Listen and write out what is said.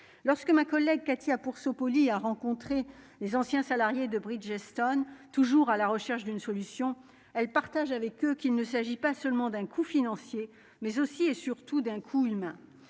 lorsque ma collègue Katia pour Poli a rencontré les anciens salariés de Bridgestone, toujours à la recherche d'une solution elle partage avec eux qu'il ne s'agit pas seulement d'un coût financier mais aussi et surtout d'un coût humain,